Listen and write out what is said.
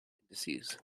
indices